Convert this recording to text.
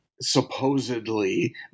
supposedly